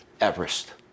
Everest